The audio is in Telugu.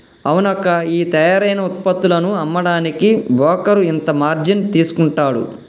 అవునక్కా ఈ తయారైన ఉత్పత్తులను అమ్మడానికి బోకరు ఇంత మార్జిన్ తీసుకుంటాడు